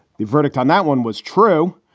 the verdict on that one was true.